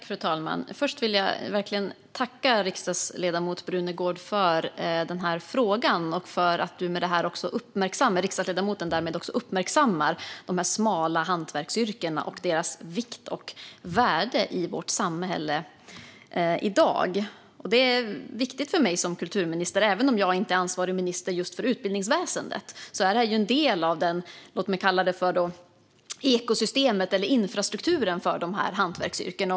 Fru talman! Först vill jag verkligen tacka riksdagsledamoten Brunegård för interpellationen och för att hon därmed uppmärksammar de smala hantverksyrkena och deras vikt och värde i vårt samhälle i dag. Det är viktigt för mig som kulturminister. Även om jag inte är ansvarig minister just för utbildningsväsendet är detta en del av låt mig kalla det för ekosystemet eller infrastrukturen för de här hantverksyrkena.